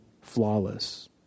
flawless